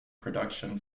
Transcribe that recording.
production